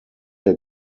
der